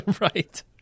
Right